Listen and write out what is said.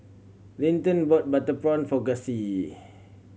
Linton bought butter prawn for Gussie